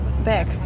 back